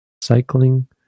cycling